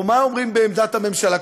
או מה אומרים בעמדת הממשלה?